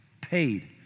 paid